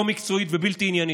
לא מקצועית ובלתי עניינית.